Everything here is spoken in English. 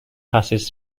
passes